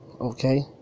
Okay